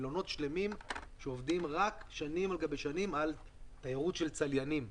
ישנם מלונות שעובדים שנים על גבי שנים על תיירות של צליינים.